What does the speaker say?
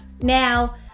Now